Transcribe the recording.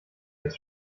als